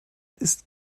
ist